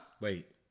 Wait